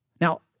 Now